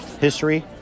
history